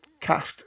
cast